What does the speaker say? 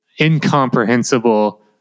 incomprehensible